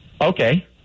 Okay